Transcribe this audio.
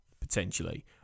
potentially